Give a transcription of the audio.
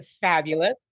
fabulous